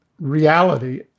reality